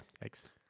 Thanks